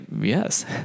yes